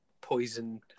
poison